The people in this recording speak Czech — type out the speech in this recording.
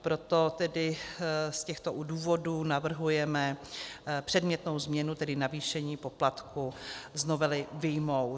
Proto tedy, z těchto důvodů, navrhujeme předmětnou změnu, tedy navýšení poplatku, z novely vyjmout.